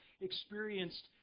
experienced